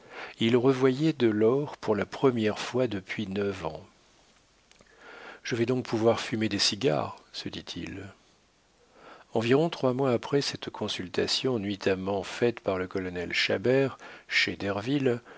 il revoyait de l'or pour la première fois depuis neuf ans je vais donc pouvoir fumer des cigares se dit-il environ trois mois après cette consultation nuitamment faite par le colonel chabert chez